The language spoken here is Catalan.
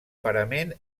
parament